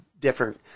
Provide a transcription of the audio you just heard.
different